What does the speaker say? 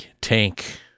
tank